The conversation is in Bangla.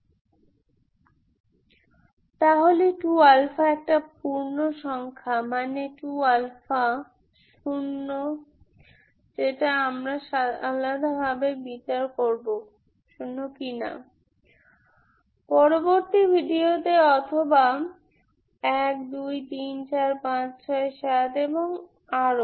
সুতরাং 2 একটি পূর্ণ সংখ্যা মানে 2 হয় শূন্য যেটা আমরা আলাদাভাবে বিচার করব পরবর্তী ভিডিওতে অথবা 1 2 3 4 5 6 7 এবং আরো